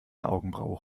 augenbraue